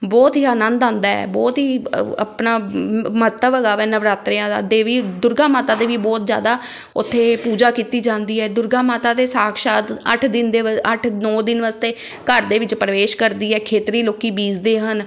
ਬਹੁਤ ਹੀ ਆਨੰਦ ਆਉਂਦਾ ਹੈ ਬਹੁਤ ਹੀ ਅ ਆਪਣਾ ਮ ਮਹੱਤਵ ਹੈਗਾ ਹੈ ਨਵਰਾਤਰਿਆਂ ਦਾ ਦੇਵੀ ਦੁਰਗਾ ਮਾਤਾ ਦੇ ਵੀ ਬਹੁਤ ਜ਼ਿਆਦਾ ਉੱਥੇ ਪੂਜਾ ਕੀਤੀ ਜਾਂਦੀ ਹੈ ਦੁਰਗਾ ਮਾਤਾ ਦੇ ਸਾਕਸ਼ਾਤ ਅੱਠ ਦਿਨ ਦੇ ਅੱਠ ਨੌ ਦਿਨ ਵਾਸਤੇ ਘਰ ਦੇ ਵਿੱਚ ਪ੍ਰਵੇਸ਼ ਕਰਦੀ ਹੈ ਖੇਤਰੀ ਲੋਕ ਬੀਜਦੇ ਹਨ